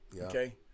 Okay